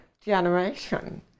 generation